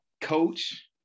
coach